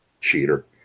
cheater